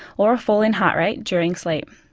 or a fall in heart rate during sleep.